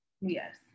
Yes